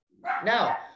Now